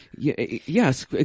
Yes